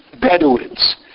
Bedouins